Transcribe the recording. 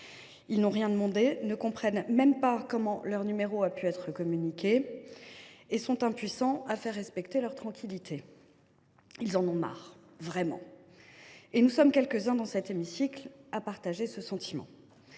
pourtant rien demandé, ne comprennent pas comment leur numéro a pu être communiqué et sont impuissants à faire respecter leur tranquillité. Ils en ont marre, et nous sommes quelques uns dans cet hémicycle à partager ce sentiment.